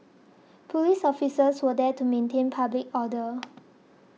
police officers were there to maintain public order